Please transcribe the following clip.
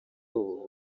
ubu